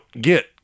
Get